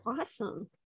Awesome